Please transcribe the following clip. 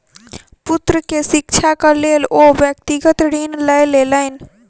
पुत्र के शिक्षाक लेल ओ व्यक्तिगत ऋण लय लेलैन